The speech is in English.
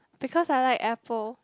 because I like apple